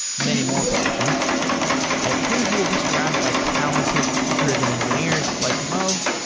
many more positions at cruise, you will be surrounded by talented, driven engineers like mo,